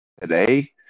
today